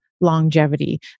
longevity